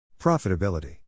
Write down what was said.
Profitability